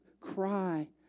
cry